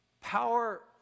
Power